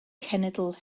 cenedl